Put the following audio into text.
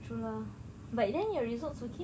true lah but then your results okay